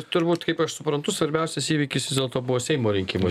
turbūt kaip aš suprantu svarbiausias įvykis vis dėlto buvo seimo rinkimai